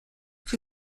que